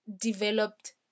developed